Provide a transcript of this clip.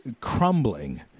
crumbling